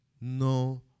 No